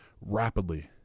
rapidly